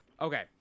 okay